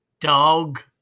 Dog